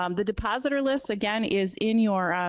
um the depositor list again is in your,